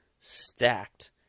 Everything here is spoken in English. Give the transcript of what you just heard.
stacked